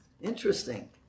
interesting